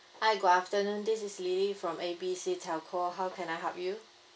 hi good afternoon this is lily from A B C telco how can I help you